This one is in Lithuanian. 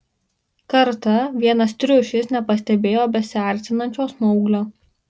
kartą vienas triušis nepastebėjo besiartinančio smauglio